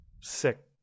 sick